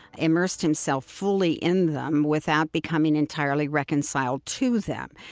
immersed himself fully in them without becoming entirely reconciled to them.